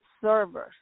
servers